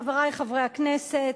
חברי חברי הכנסת,